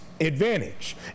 advantage